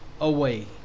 away